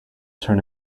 turn